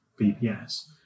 BPS